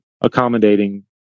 accommodating